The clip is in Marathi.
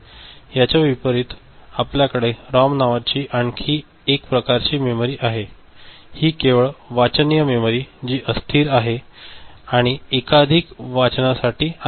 याच्या विपरीत आपल्याकडे रॉम नावाची आणखी एक प्रकारची मेमरी आहे हि केवळ वाचनीय मेमरी जे अस्थिर आहे आणि एकाधिक वाचनासाठी आहे